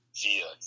via